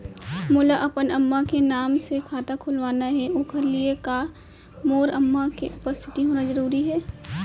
मोला अपन अम्मा के नाम से खाता खोलवाना हे ओखर लिए का मोर अम्मा के उपस्थित होना जरूरी हे?